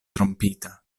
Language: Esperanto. trompita